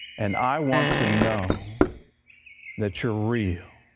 and i want to know that you're real.